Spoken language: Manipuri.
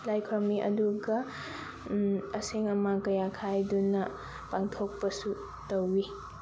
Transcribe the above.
ꯂꯥꯏ ꯈꯨꯔꯝꯃꯤ ꯑꯗꯨꯒ ꯑꯁꯦꯡ ꯑꯃꯥꯟ ꯀꯌꯥ ꯈꯥꯏꯗꯨꯅ ꯄꯥꯡꯊꯣꯛꯄꯁꯨ ꯇꯧꯋꯤ